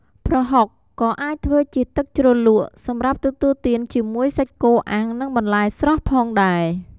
ប្រហុកក៏អាចធ្វើជាទឹកជ្រលក់សម្រាប់ទទួលទានជាមួយសាច់គោអាំងនិងបន្លែស្រស់ផងដែរ។